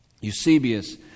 Eusebius